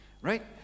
right